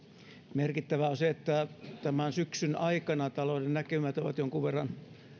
merkittävää on se että tämän syksyn aikana talouden näkymät ovat jonkun verran